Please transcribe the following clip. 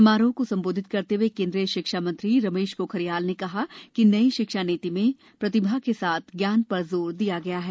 समारोह को संबोधित करते हुए केन्द्रीय शिक्षा मंत्री रमेश पोखरियाल ने कहा कि नई शिक्षा नीति में प्रतिभा के साथ ज्ञान पर जोर दिया गया है